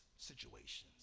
Situations